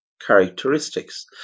characteristics